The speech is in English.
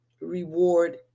reward